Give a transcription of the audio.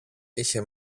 είχε